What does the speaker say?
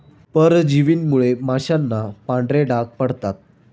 परजीवींमुळे माशांना पांढरे डाग पडतात